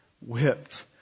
whipped